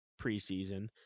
preseason